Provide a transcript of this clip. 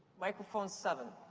microphone seven.